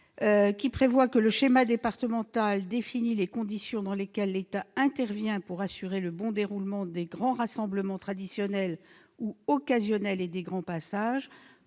qui prévoit que « le schéma départemental définit les conditions dans lesquelles l'État intervient pour assurer le bon déroulement des rassemblements traditionnels ou occasionnels et des grands passages